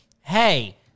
hey